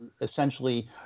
essentially